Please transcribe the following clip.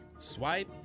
Swipe